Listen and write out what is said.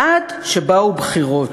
עד שבאו בחירות.